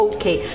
Okay